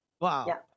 Wow